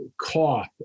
cough